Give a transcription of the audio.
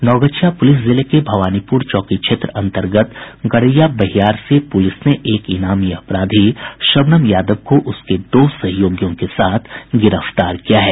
Naugachia police जिले के भवानीपुर चौकी क्षेत्र अंतर्गत गड़ैया बहियार से पुलिस ने एक इनामी अपराधी शबनम यादव को उसके दो सहयोगियों के साथ गिरफ्तार किया है